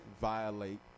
violate